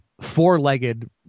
four-legged